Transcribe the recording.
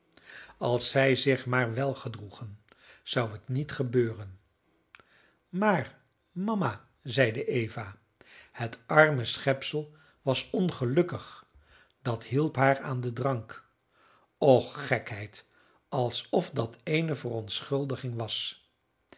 als zij zich maar wel gedroegen zou het niet gebeuren maar mama zeide eva het arme schepsel was ongelukkig dat hielp haar aan den drank och gekheid alsof dat eene verontschuldiging was